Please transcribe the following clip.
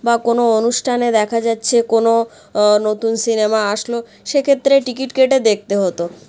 বা কোনো অনুষ্ঠানে দেখা যাচ্ছে কোনো নতুন সিনেমা আসলো সেক্ষেত্রে টিকিট কেটে দেখতে হতো